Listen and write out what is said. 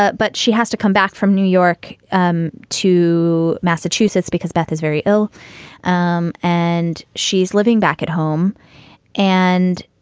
ah but she has to come back from new york um to massachusetts because beth is very ill um and she's living back at home and